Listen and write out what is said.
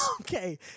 Okay